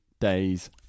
days